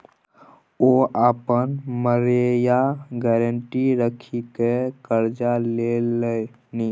ओ अपन मड़ैया गारंटी राखिकए करजा लेलनि